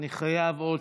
אני חייב עוד